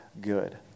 good